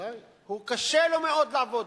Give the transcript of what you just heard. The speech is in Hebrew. קשה לו מאוד לעבוד.